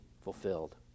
fulfilled